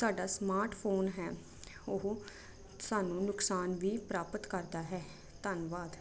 ਸਾਡਾ ਸਮਾਰਟਫੋਨ ਹੈ ਉਹ ਸਾਨੂੰ ਨੁਕਸਾਨ ਵੀ ਪ੍ਰਾਪਤ ਕਰਦਾ ਹੈ ਧੰਨਵਾਦ